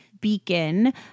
beacon